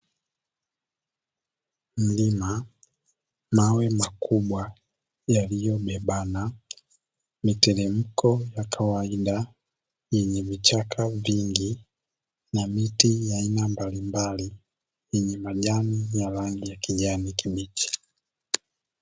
Mlima, mawe makubwa yaliyobebana, miteremko ya kawaida yenye vichaka vingi na miti ya aina mbalimbali yenye majani ya rangi ya kijani kibichi.